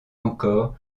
encore